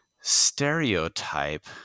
stereotype